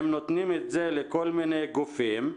הם נותנים את זה לכל מיני גופים,